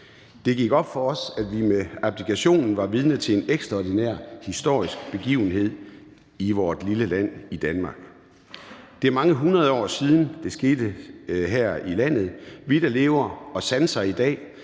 Det gik op for os, at vi med abdikationen var vidne til en ekstraordinær historisk begivenhed i vort lille land, Danmark. Det er mange hundrede år siden, det sidst skete her i landet. Vi, der lever og sanser i dag,